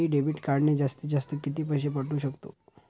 मी debit कार्डने जास्तीत जास्त किती पैसे काढू शकतो?